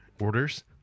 orders